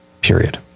Period